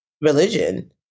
religion